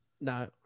No